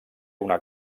una